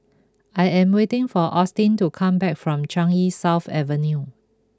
I am waiting for Austin to come back from Changi South Avenue